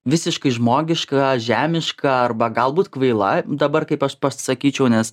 visiškai žmogiška žemiška arba galbūt kvaila dabar kaip aš pasakyčiau nes